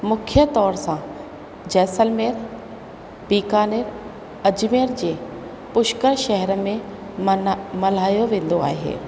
मुख्य तौर सां जैसलमेर बीकानेर अजमेर जे पुष्कर शहर में मना मल्हायो वेंदो आहे